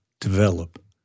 develop